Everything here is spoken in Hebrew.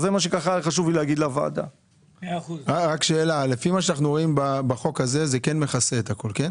החוק הזה מכסה את הכל, נכון?